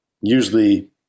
usually